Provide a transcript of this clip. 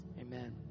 Amen